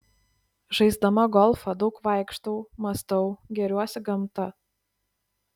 žaisdama golfą daug vaikštau mąstau gėriuosi gamta